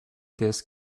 this